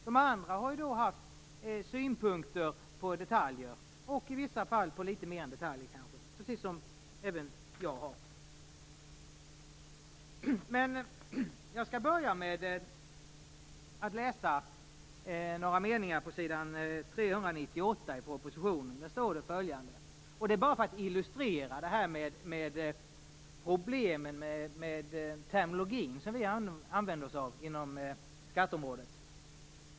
De andra har haft synpunkter på detaljer - och i vissa fall kanske litet mer än så - precis som jag. Jag skall börja med att ta upp något som jag läste på s. 398 i propositionen. Det illustrerar problemen med den terminologi som vi använder oss av inom skatteområdet.